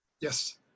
Yes